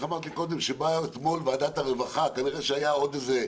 שבאו אתמול ועדת הרווחה כנראה שהיה עוד עניין